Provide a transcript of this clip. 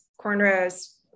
cornrows